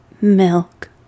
milk